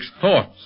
thoughts